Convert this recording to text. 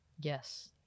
Yes